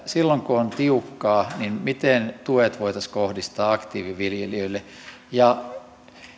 silloin kun on on tiukkaa miten tuet voitaisiin kohdistaa aktiiviviljelijöille